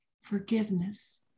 forgiveness